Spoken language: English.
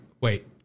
Wait